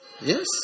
Yes